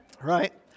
Right